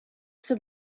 some